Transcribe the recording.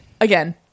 again